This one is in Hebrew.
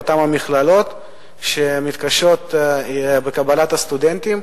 את אותן מכללות שמתקשות בקבלת סטודנטים,